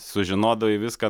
sužinodavai viską